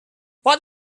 what